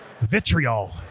vitriol